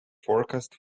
forecast